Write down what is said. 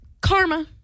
karma